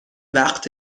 وقت